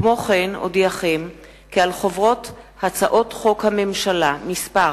כמו כן אודיעכם כי על חוברות הצעות חוק הממשלה מס'